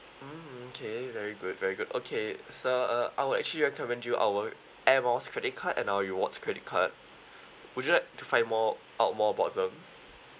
mm okay very good very good okay sir uh I would actually recommend you our air miles credit card and our rewards credit card would you like to find more out more about them